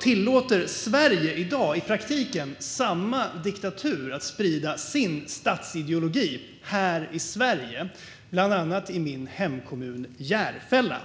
tillåter Sverige i dag i praktiken samma diktatur att sprida sin statsideologi här i Sverige, bland annat i min hemkommun Järfälla.